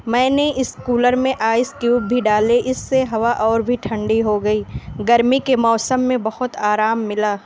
میں نے اس کولر میں آئس کیوب بھی ڈالے اس سے ہوا اور بھی ٹھنڈی ہو گئی گرمی کے موسم میں بہت آرام ملا